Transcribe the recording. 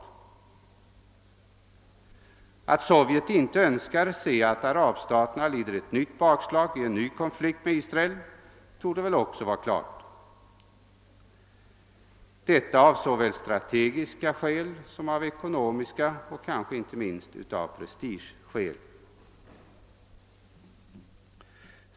Sovjet önskar inte heller se att arabländerna lider ett nytt bakslag i en ny konflikt med Israel, detta av såväl strategiska och ekonomiska skäl som av prestigeskäl.